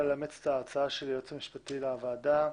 לאמץ את ההצעה של היועץ המשפטי לוועדה,